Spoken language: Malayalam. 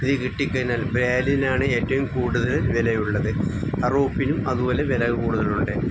ഇത് കിട്ടി കഴിഞ്ഞാൽ ബ്രാഡിനാണ് ഏറ്റവും കൂടുതൽ വിലയുള്ളത് റോഫിനും അതുപോലെ വില കൂടുതലുണ്ട്